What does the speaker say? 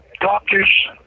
doctors